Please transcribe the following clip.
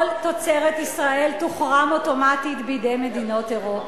כל תוצרת ישראל תוחרם אוטומטית בידי מדינות אירופה.